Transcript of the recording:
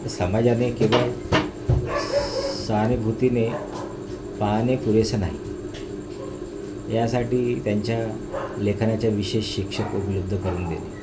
समाजाने केवळ सहानुभूतीने पाहणे पुरेसे नाही यासाठी त्यांच्या लेखनाच्या विशेष शिक्षक उपलब्ध करून देणे